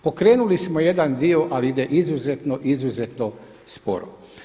Pokrenuli smo jedan dio ali ide izuzetno, izuzetno sporo.